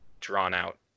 drawn-out